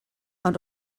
ond